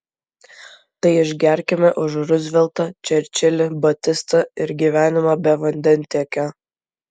tai išgerkime už ruzveltą čerčilį batistą ir gyvenimą be vandentiekio